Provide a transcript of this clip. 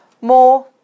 More